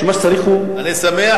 שמה שצריך זה רזרבה,